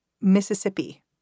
Mississippi